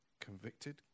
convicted